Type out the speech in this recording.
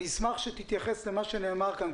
אני אשמח שתתייחס למה שנאמר כאן,